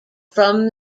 from